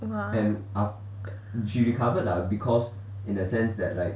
!wah!